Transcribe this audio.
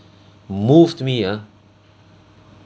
moved me ah